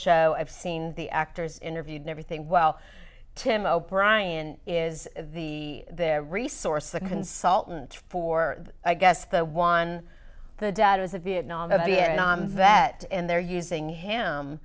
show i've seen the actors interviewed never think well tim o'brien is the resource the consultant for i guess the one the dad was a vietnam a vietnam vet and they're using him